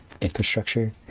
infrastructure